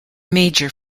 major